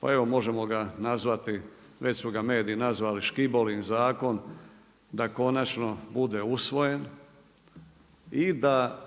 pa evo možemo ga nazvati, već su ga mediji nazvali Škibolin zakon da konačno bude usvojen i da